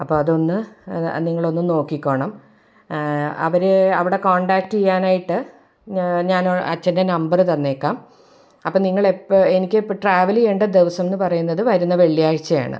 അപ്പോൾ അതൊന്ന് നിങ്ങളൊന്ന് നോക്കിക്കോണം അവർ അവിടെ കോൺടാക്ട ചെയ്യാനായിട്ട് ഞാൻ അച്ഛൻ്റെ നമ്പറ് തന്നേക്കാം അപ്പം നിങ്ങളെപ്പോൾ എനിക്ക് ട്രാവൽ ചെയ്യണ്ട ദിവസമെന്ന് പറയുന്നത് വരുന്ന വെള്ളിയാഴ്ചയാണ്